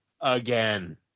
again